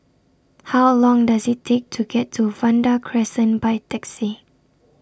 How Long Does IT Take to get to Vanda Crescent By Taxi